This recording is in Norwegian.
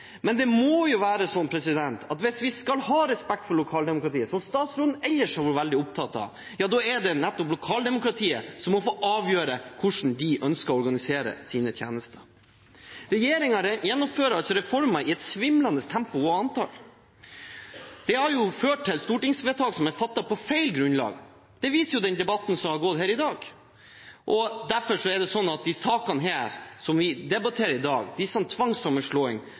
men det må jo være sånn at hvis vi skal ha respekt for lokaldemokratiet, som statsråden ellers har vært veldig opptatt av, da er det nettopp lokaldemokratiet som må få avgjøre hvordan de ønsker å organisere sine tjenester. Regjeringen gjennomfører altså reformer i et svimlende tempo og antall, og det har ført til stortingsvedtak som er fattet på feil grunnlag. Det viser den debatten som har gått her i dag. Derfor er det slik at disse sakene som vi debatterer i dag, disse tvangssammenslåingene, de